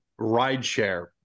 rideshare